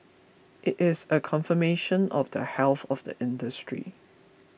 it is a confirmation of the health of the industry